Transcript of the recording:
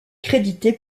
crédité